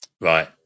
Right